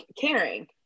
caring